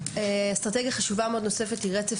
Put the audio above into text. אסטרטגיה חשובה מאוד נוספת היא רצף